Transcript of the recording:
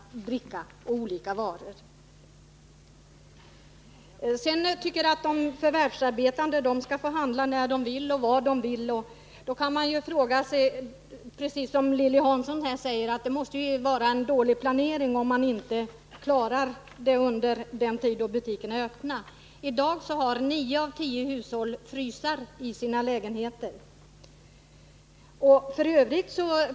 Han tycker att de förvärvsarbetande skall få handla när och var de vill. Då kan man ju, precis som Lilly Hansson, fråga sig om det inte måste vara dålig planering ifall man inte klarar att handla under den tid butikerna är öppna. I dag har nio av tio hushåll frys i sina lägenheter.